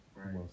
right